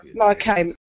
Okay